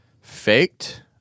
faked